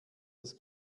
das